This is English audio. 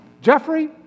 Jeffrey